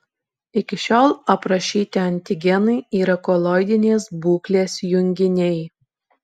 iki šiol aprašyti antigenai yra koloidinės būklės junginiai